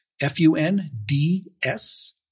F-U-N-D-S